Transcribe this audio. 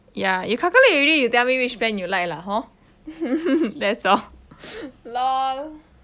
ya you calculate already you tell me which plan you like lah hor that's all lol